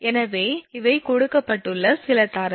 எனவே இவை கொடுக்கப்பட்ட சில தரவு